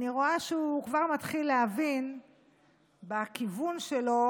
אני רואה שהוא כבר מתחיל להבין בכיוון שלו